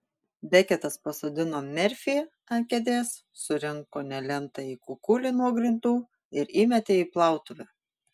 beketas pasodino merfį ant kėdės surinko nelemtąjį kukulį nuo grindų ir įmetė į plautuvę